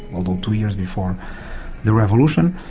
although two years before the revolution.